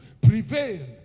prevail